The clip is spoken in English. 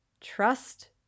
Trust